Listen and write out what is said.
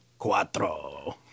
Cuatro